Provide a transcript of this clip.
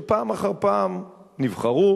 שפעם אחר פעם נבחרו,